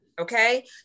Okay